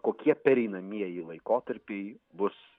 kokie pereinamieji laikotarpiai bus